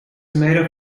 made